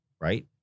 right